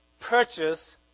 purchase